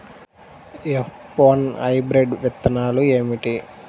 F one hybrid విత్తనాలు ఏమిటి?